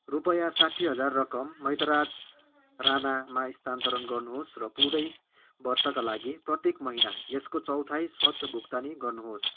रुपियाँ साठी हजार रकम मैतराज राणामा स्थानान्तरण गर्नुहोस् र पुरै वर्षका लागि प्रत्येक महिना यसको चौथाइ स्वतः भुक्तानी गर्नुहोस्